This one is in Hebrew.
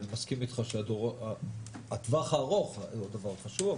אני מסכים איתך שהטווח הארוך הוא הדבר החשוב,